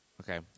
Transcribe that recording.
Okay